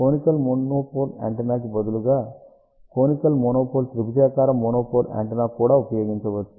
conical monopole antenna కి బదులుగా conical monopole త్రిభుజాకార మోనోపోల్ యాంటెన్నా కూడా ఉపయోగించవచ్చు